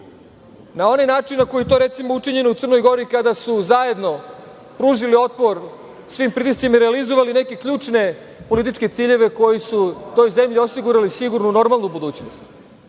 na onaj način na koji je to, recimo, učinjeno u Crnoj Gori, kada su zajedno pružili otpor svim pritiscima i realizovali neke ključne političke ciljeve koji su toj zemlji osigurali sigurnu, normalnu budućnost,